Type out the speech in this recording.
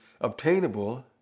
obtainable